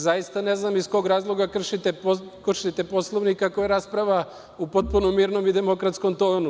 Zaista ne znam iz kog razloga kršite Poslovnik, ako je rasprava u potpuno mirnom i demokratskom tonu.